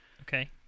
Okay